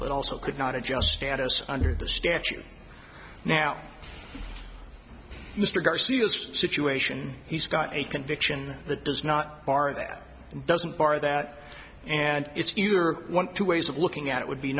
but also could not adjust status under the statute now mr garcia's situation he's got a conviction that does not are that doesn't bar that and it's your two ways of looking at it would be